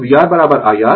तो vR I R